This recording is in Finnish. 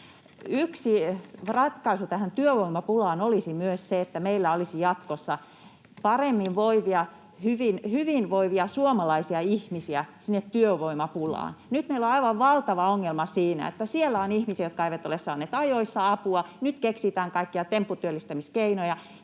Yksi ratkaisu työvoimapulaan olisi myös se, että meillä olisi jatkossa paremmin voivia, hyvinvoivia suomalaisia ihmisiä vastaamaan työvoimapulaan. Nyt meillä on aivan valtava ongelma siinä, että siellä on ihmisiä, jotka eivät ole saaneet ajoissa apua. Nyt keksitään kaikkia tempputyöllistämiskeinoja,